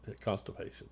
constipation